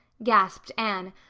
gasped anne,